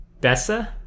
bessa